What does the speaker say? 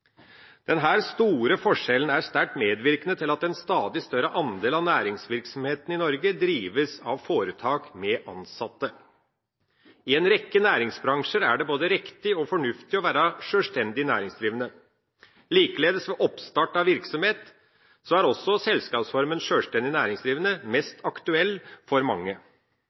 store forskjellen er sterkt medvirkende til at en stadig større andel av næringsvirksomheten i Norge drives av foretak med ansatte. I en rekke næringsbransjer er det både riktig og fornuftig å være sjølstendig næringsdrivende. Likeledes ved oppstart av virksomhet er også selskapsformen sjølstendig næringsdrivende mest aktuell for mange.